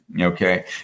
Okay